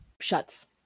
shuts